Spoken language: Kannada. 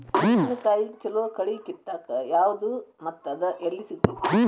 ಮೆಣಸಿನಕಾಯಿಗ ಛಲೋ ಕಳಿ ಕಿತ್ತಾಕ್ ಯಾವ್ದು ಮತ್ತ ಅದ ಎಲ್ಲಿ ಸಿಗ್ತೆತಿ?